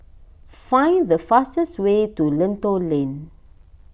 find the fastest way to Lentor Lane